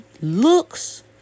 Looks